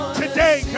today